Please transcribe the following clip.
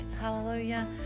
Hallelujah